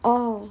oh